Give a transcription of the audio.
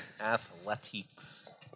athletics